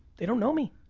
they don't know me.